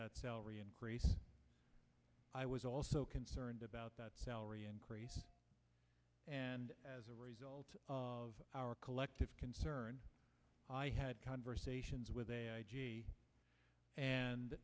that salary increase i was also concerned about that salary increase and as a result of our collective concern i had conversations with a